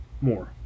more